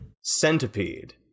Centipede